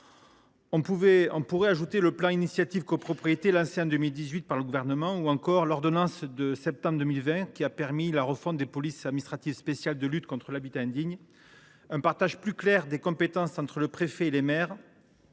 On pourrait ajouter le plan Initiative Copropriétés, lancé en 2018 par le Gouvernement ou encore l’ordonnance de septembre 2020, qui a permis la refonte des polices administratives spéciales de lutte contre l’habitat indigne et un partage plus clair des compétences entre le préfet et les maires.